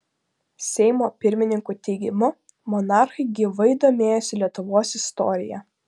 seimo pirmininko teigimu monarchai gyvai domėjosi lietuvos istorija